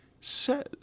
says